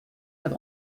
have